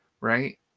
right